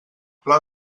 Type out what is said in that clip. pla